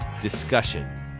discussion